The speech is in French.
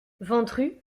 ventru